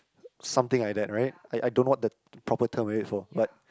something like that right I I don't know what that proper term for it for but